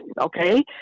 okay